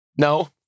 No